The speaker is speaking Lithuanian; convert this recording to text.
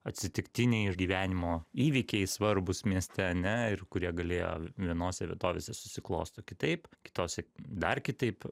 atsitiktiniai iš gyvenimo įvykiai svarbūs mieste ne ir kurie galėjo vienose vietovėse susiklosto kitaip kitose dar kitaip